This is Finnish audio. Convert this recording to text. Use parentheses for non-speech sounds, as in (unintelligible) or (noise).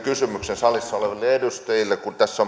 kysymyksen salissa oleville edustajille kun tässä (unintelligible)